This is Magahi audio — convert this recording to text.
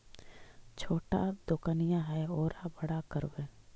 छोटा दोकनिया है ओरा बड़ा करवै?